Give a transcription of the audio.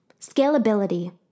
Scalability